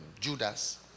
Judas